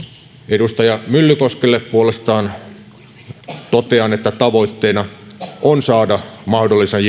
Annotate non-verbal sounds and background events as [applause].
edustaja myllykoskelle puolestaan totean että tavoitteena on saada mahdollisimman [unintelligible]